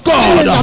God